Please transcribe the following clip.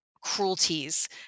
cruelties